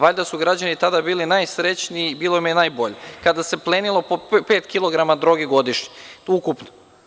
Valjda su građani tada bili najsrećniji i bilo im je najbolje kada se plenilo po pet kilograma droge godišnje, ukupno.